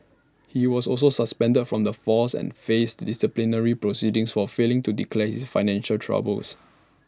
he was also suspended from the force and faced disciplinary proceedings for failing to declare his financial troubles